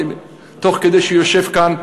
תוך כדי שהוא יושב שם,